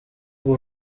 rwo